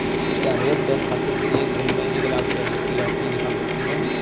क्या बचत बैंक खाते से एक दिन में एक लाख से अधिक की राशि निकाल सकते हैं?